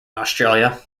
australia